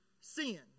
sin